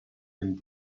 and